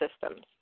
systems